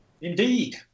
Indeed